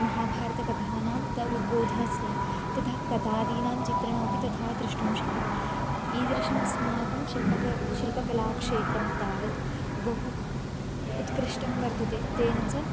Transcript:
महाभारतकथानाम् त उद्बोधः स्यात् तथा कथादीनां चित्रणमपि तथा द्रष्टुं शक्यते ईदृशम् अस्माकं शिल्पकला शिल्पकलाक्षेत्रं तावत् बहु उत्कृष्टं वर्तते तेन च